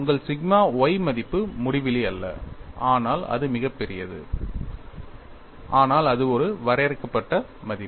உங்கள் sigma y மதிப்பு முடிவிலி அல்ல ஆனால் அது மிகப் பெரியது ஆனால் அது ஒரு வரையறுக்கப்பட்ட மதிப்பு